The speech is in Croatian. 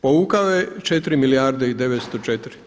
Povukao je 4 milijarde i 904.